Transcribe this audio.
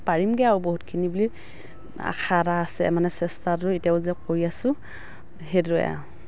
পাৰিমগে আৰু বহুতখিনি বুলি আশা এটা আছে মানে চেষ্টাটো এতিয়াও যে কৰি আছোঁ সেইটোৱে আৰু